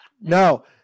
No